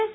S